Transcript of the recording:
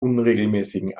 unregelmäßigen